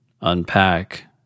unpack